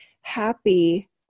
happy